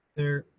there,